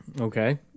Okay